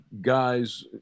guys